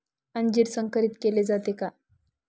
अंजीर संकरित केले जाते का?